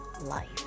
life